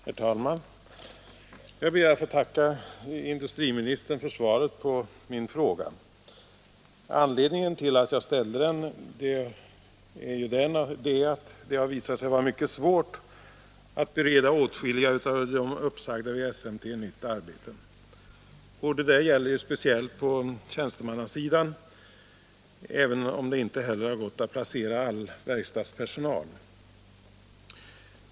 Herr talman! Jag ber att få tacka industriministern för svaret på min fråga. Anledningen till att jag ställde den är att det har visat sig vara mycket svårt att bereda åtskilliga av de uppsagda vid SMT nytt arbete. Detta gäller speciellt på tjänstemannasidan, även om det inte heller varit möjligt att placera all verkstadspersonal.